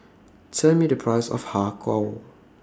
Tell Me The Price of Har Kow